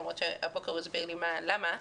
למרות שהבוקר הוא הסביר לי למה,